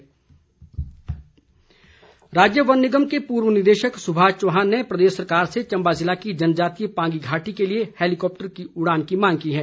मांग राज्य वन निगम के पूर्व निदेशक सुभाष चौहान ने प्रदेश सरकार से चंबा जिले की जनजातीय पांगी घाटी के लिए हैलिकॉप्टर उड़ान की मांग की है